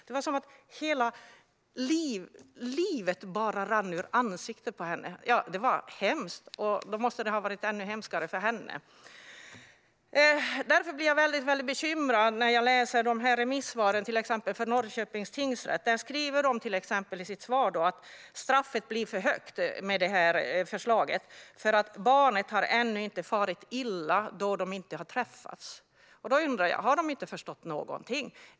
Det var som att hela livet rann ur ansiktet på henne. Det var hemskt, och det måste ha varit ännu hemskare för henne. Därför blir jag väldigt bekymrad när jag läser till exempel remissvaret från Norrköpings tingsrätt. De skriver att straffet blir för högt med detta förslag eftersom barnet ännu inte har farit illa, då de inte har träffats. Då undrar jag: Har de inte förstått någonting?